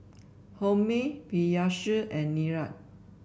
Homi Peyush and Niraj